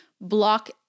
block